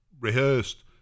rehearsed